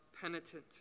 penitent